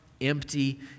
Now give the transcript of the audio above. empty